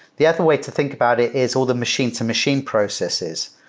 the other way to think about it is all the machine-to-machine processes,